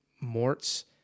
Mort's